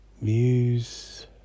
Muse